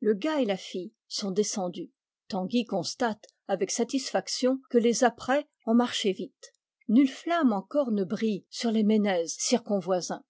le gars et la fille sont descendus tanguy constate avec satisfaction que les apprêts ont marché vite nulle flamme encore ne brille sur les ménez circonvoisins